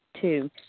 Two